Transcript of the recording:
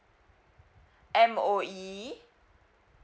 M_O_E